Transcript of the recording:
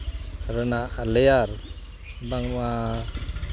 ᱨᱮᱱᱟᱜ ᱞᱮᱭᱟᱨ ᱵᱟᱝ ᱢᱟ